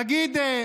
תגיד,